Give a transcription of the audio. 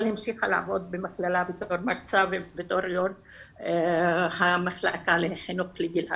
אבל המשיכה לעבוד במכללה בתור מרצה ובתור יו"ר המחלקה לחינוך לגיל הרך.